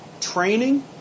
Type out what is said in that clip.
training